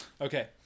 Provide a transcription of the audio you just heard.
Okay